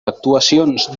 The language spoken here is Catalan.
actuacions